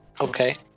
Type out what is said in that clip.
Okay